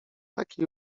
taki